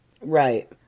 Right